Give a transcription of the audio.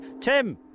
Tim